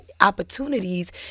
opportunities